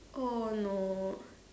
oh no